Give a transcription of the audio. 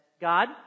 God